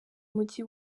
mugi